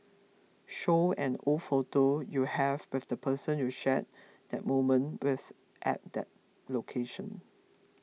show an old photo you have with the person you shared that moment with at that location